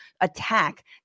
attack